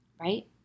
right